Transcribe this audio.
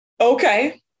okay